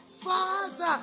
Father